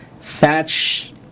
Thatch